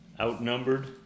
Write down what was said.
outnumbered